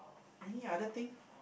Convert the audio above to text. any other thing